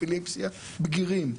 אפילפסיה בגירים,